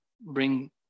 bring